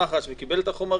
הם חלק מהגוף.